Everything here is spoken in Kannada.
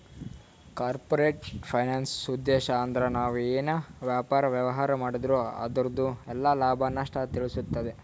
ಕಾರ್ಪೋರೇಟ್ ಫೈನಾನ್ಸ್ದುಉದ್ಧೇಶ್ ಅಂದ್ರ ನಾವ್ ಏನೇ ವ್ಯಾಪಾರ, ವ್ಯವಹಾರ್ ಮಾಡಿದ್ರು ಅದುರ್ದು ಎಲ್ಲಾ ಲಾಭ, ನಷ್ಟ ತಿಳಸ್ತಾದ